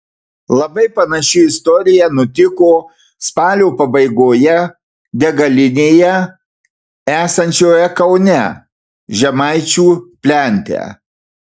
labai panaši istorija nutiko spalio pabaigoje degalinėje esančioje kaune žemaičių plente